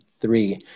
three